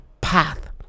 path